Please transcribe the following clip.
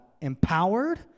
empowered